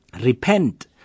Repent